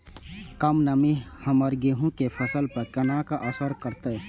कम नमी हमर गेहूँ के फसल पर केना असर करतय?